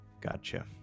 Gotcha